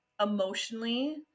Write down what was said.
emotionally